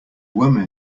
women